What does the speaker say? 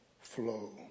flow